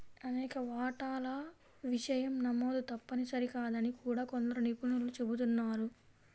అనేక వాటాల విషయం నమోదు తప్పనిసరి కాదని కూడా కొందరు నిపుణులు చెబుతున్నారు